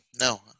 No